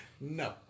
no